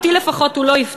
אותי לפחות הוא לא הפתיע,